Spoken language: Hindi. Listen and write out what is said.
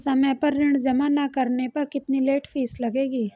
समय पर ऋण जमा न करने पर कितनी लेट फीस लगेगी?